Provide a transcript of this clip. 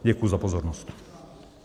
Děkuji za pozornost.